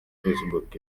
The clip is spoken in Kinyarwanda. facebook